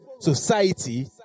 society